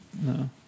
No